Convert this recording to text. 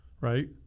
right